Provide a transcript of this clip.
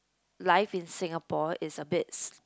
life in Singapore is a bit